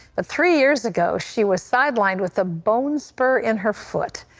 ah three years ago, she was sidelined with a bone spur in her foot.